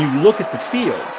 look at the field,